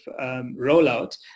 rollout